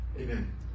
Amen